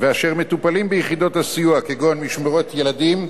ואשר מטופלים ביחידות הסיוע, כגון משמורת ילדים,